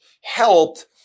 helped